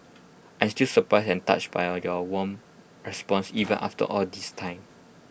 I'm still surprised and touched by you your warm responses even after all this time